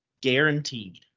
guaranteed